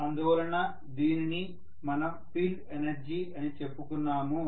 అందువలన దీనిని మనం ఫీల్డ్ ఎనర్జీ అని చెప్పుకున్నాము